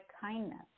kindness